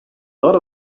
lot